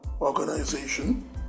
organization